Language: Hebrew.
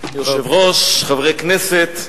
היושב-ראש, חברי כנסת,